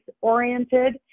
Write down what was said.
oriented